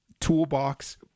toolbox